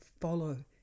follow